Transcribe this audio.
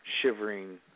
shivering